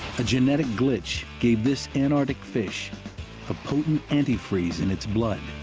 a genetic glitch gave this antarctic fish a potent antifreeze in its blood,